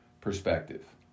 perspective